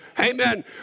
Amen